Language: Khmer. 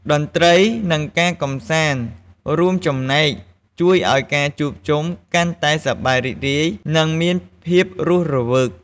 តន្ត្រី និង ការកម្សាន្តរួមចំណែកជួយឱ្យការជួបជុំកាន់តែសប្បាយរីករាយ និង មានភាពរស់រវើក។